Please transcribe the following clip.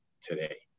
today